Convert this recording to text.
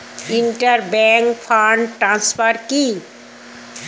Inter bank fund transfer কি?